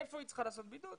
איפה היא צריכה לעשות בידוד?